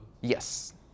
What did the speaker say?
Yes